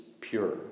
pure